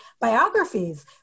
biographies